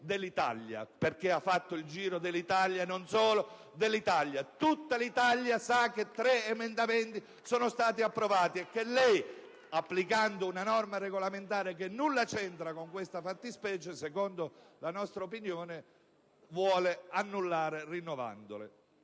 verbali ed ha fatto il giro dell'Italia, e non solo. Tutta Italia sa che quattro emendamenti sono stati approvati le cui votazioni lei, applicando una norma regolamentare che nulla c'entra con questa fattispecie secondo la nostra opinione, vuole annullare rinnovandole.